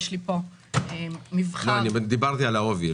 יש לי פה מבחר --- דיברתי על העובי,